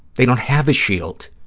they don't have a shield,